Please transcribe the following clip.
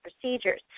procedures